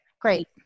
Great